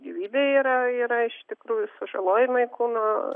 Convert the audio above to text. gyvybei yra yra iš tikrųjų sužalojimai kūno